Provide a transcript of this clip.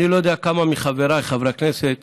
אני לא יודע כמה מחבריי חברי הכנסת